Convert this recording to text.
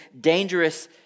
dangerous